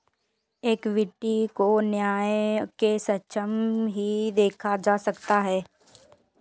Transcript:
equity को न्याय के समक्ष ही देखा जा सकता है